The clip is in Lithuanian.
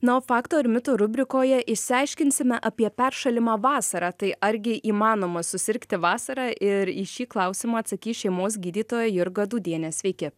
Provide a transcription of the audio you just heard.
na o faktų ar mitų rubrikoje išsiaiškinsime apie peršalimą vasarą tai argi įmanoma susirgti vasarą ir į šį klausimą atsakys šeimos gydytoja jurga dūdienė sveiki